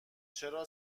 چرا